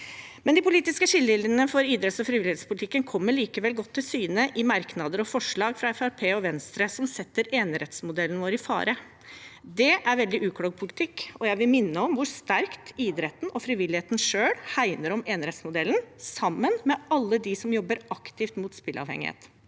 De politiske skillelinjene for idretts- frivillighetspolitikken kommer likevel godt til syne i merknader og forslag fra Fremskrittspartiet og Venstre, som setter enerettsmodellen vår i fare. Det er veldig uklok politikk, og jeg vil minne om hvor sterkt idretten og frivilligheten selv hegner om enerettsmodellen, sammen med alle dem som jobber aktivt mot spillavhengighet.